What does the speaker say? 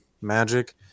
Magic